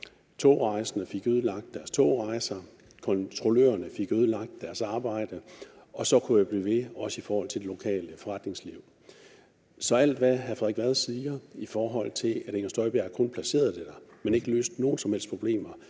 togrejsende fik ødelagt deres togrejser og kontrollørerne fik ødelagt deres arbejde, og sådan kunne jeg blive ved, også i forhold til det lokale forretningsliv. Så alt, hvad hr. Frederik Vad siger om, at Inger Støjberg kun placerede det der, men ikke løste nogen som helst problemer,